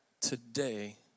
today